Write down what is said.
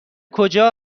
کجا